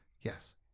Yes